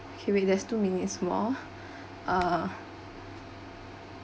okay we there's two minutes more uh